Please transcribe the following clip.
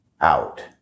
out